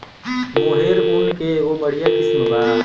मोहेर ऊन के एगो बढ़िया किस्म बा